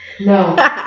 No